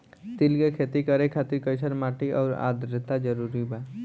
तिल के खेती करे खातिर कइसन माटी आउर आद्रता जरूरी बा?